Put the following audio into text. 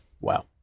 Wow